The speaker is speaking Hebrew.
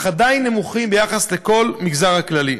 אך עדיין נמוכים ביחס למגזר הכללי: